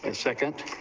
and second,